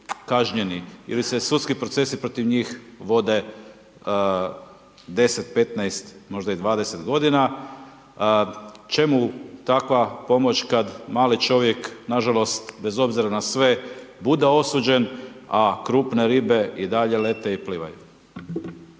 kažnjeni ili se sudski procesi protiv njih vode 10, 15 možda i 20 godina. Čemu takva pomoć kad mali čovjek nažalost bez obzira na sve bude osuđen, a krupne ribe i dalje lete i plivaju.